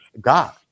God